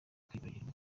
kwibagirwa